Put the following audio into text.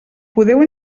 podeu